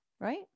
Right